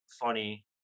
funny